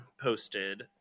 posted